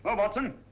ah watson